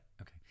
okay